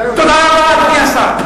אתה, תודה רבה, אדוני השר.